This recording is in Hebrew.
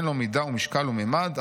אין לו מידה ומשקל וממד,